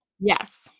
Yes